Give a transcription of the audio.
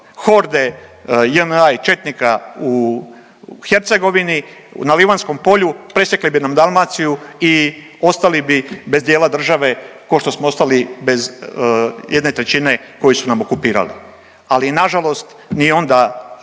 horde JNA i četnika u Hercegovini na Livanjskom polju, presjekli bi nam Dalmaciju i ostali bi bez dijela države, košto smo ostali bez 1/3 koju su nam okupirali, ali nažalost ni onda